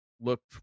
Looked